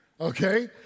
okay